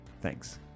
thanks